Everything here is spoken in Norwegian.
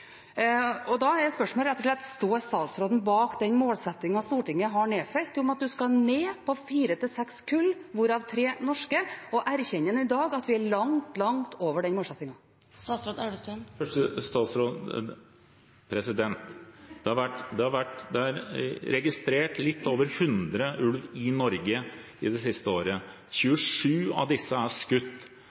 2018. Da er spørsmålet rett og slett: Står statsråden bak den målsettingen Stortinget har nedfelt, om at man skal ned på fire–seks kull, hvorav tre norske, og erkjenner han i dag at vi er langt, langt over den målsettingen? Det er registrert litt over 100 ulv i Norge det siste året. 27 av disse er skutt.